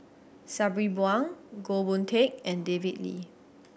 Sabri Buang Goh Boon Teck and David Lee